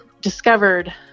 discovered